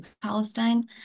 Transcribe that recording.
Palestine